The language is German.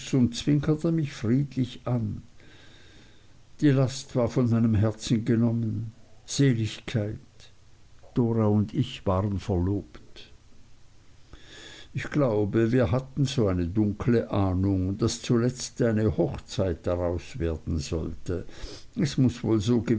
und zwinkerte mich friedlich an die last war von meinem herzen genommen seligkeit dora und ich waren verlobt ich glaube wir hatten so eine dunkle ahnung daß zuletzt eine hochzeit draus werden sollte es muß wohl so